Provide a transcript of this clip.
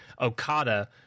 Okada